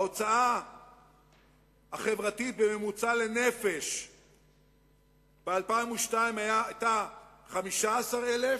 38%; ההוצאה החברתית בממוצע לנפש ב-2002 היתה 15,000,